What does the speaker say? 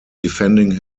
defending